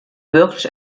wirklich